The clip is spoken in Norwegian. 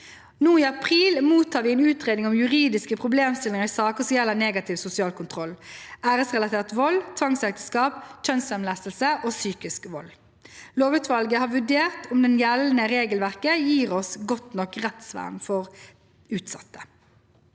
i april mottar vi en utredning om juridiske problemstillinger i saker som gjelder negativ sosial kontroll, æresrelatert vold, tvangsekteskap, kjønnslemlestelse og psykisk vold. Lovutvalget har vurdert om det gjeldende regelverket gir et godt nok rettsvern for utsatte.